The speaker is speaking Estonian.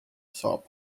saab